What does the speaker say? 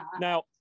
now